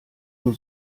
nur